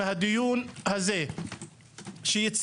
מהדיון הזה שיצא